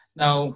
now